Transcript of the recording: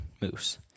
moose